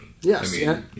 Yes